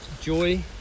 joy